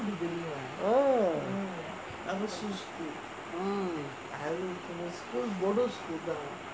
oh mm